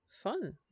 Fun